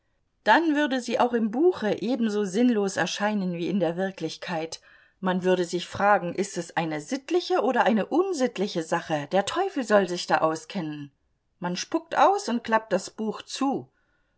dann würde sie auch im buche ebenso sinnlos erscheinen wie in der wirklichkeit man würde sich fragen ist es eine sittliche oder eine unsittliche sache der teufel soll sich da auskennen man spuckt aus und klappt das buch zu